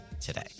today